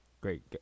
great